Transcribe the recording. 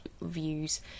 views